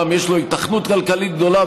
יש לו היתכנות כלכלית גדולה,